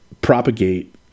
propagate